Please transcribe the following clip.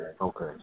Okay